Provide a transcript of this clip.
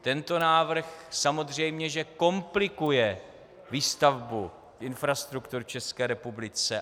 Tento návrh samozřejmě že komplikuje výstavbu infrastruktury v České republice.